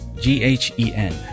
G-H-E-N